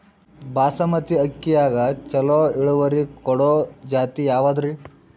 ಬಾಸಮತಿ ಅಕ್ಕಿಯಾಗ ಚಲೋ ಇಳುವರಿ ಕೊಡೊ ಜಾತಿ ಯಾವಾದ್ರಿ?